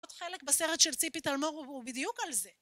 עוד חלק בסרט של ציפי תלמור הוא בדיוק על זה